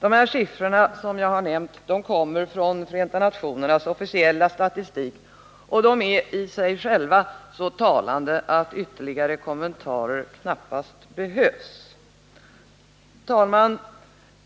De siffror jag just nämnt kommer från Förenta nationernas officiella statistik, och de är i sig själva så talande att ytterligare kommentarer knappast behövs. Herr talman!